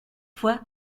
fois